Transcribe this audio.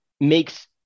makes